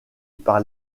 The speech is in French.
par